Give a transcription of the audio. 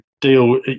deal